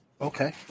Okay